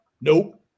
Nope